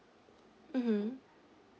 mmhmm